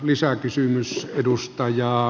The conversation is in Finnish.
arvoisa puhemies